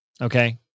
Okay